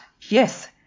yes